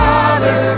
Father